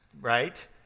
right